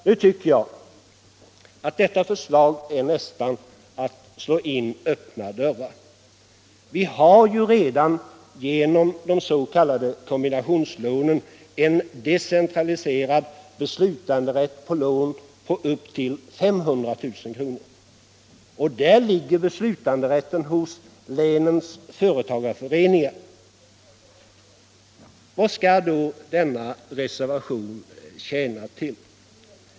Nu tycker jag att detta förslag nästan är att slå in öppna dörrar: Vi har ju redan genom de s.k. kombinationslånen en decentraliserad beslutanderätt på lån upp till 500 000 kr. Och där ligger beslutanderätten hos länens företagareföreningar. Vad skall då denna reservation tjäna till?